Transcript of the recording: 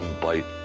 bite